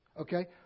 Okay